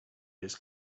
this